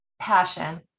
passion